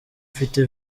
mfite